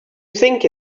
think